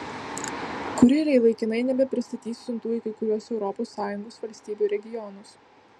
kurjeriai laikinai nebepristatys siuntų į kai kuriuos europos sąjungos valstybių regionus